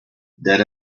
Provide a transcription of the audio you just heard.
dead